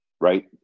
right